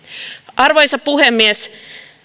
arvoisa puhemies